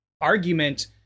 argument